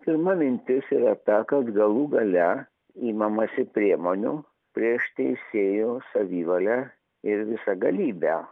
pirma mintis yra ta kad galų gale imamasi priemonių prieš teisėjų savivalę ir visagalybę